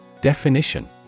Definition